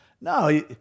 No